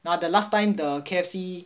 now the last time the K_F_C